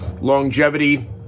longevity